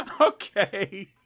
Okay